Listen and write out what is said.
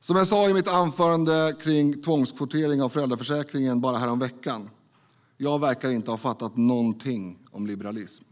Som jag sa i mitt anförande om tvångskvotering av föräldraförsäkringen häromveckan verkar jag inte ha fattat någonting om liberalism.